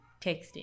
texting